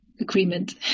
agreement